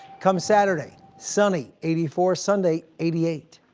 come saturday, sunny, eighty four. sunday, eighty eight.